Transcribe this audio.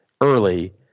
early